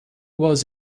was